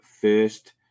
first